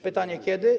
Pytanie, kiedy.